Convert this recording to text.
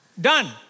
Done